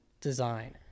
design